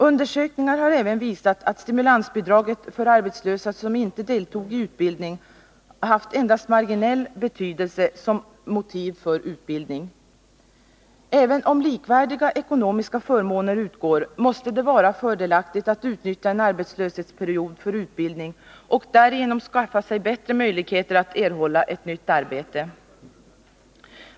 Undersökningar har även visat att stimulansbidraget för arbetslösa som inte deltog i utbildning haft endast marginell betydelse som motiv för utbildning. Även om likvärdiga ekonomiska förmåner utgår, måste det vara fördelaktigt att utnyttja en arbetslöshetsperiod för utbildning och därigenom skaffa sig bättre möjligheter att erhålla ett nytt arbete.